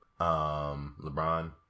LeBron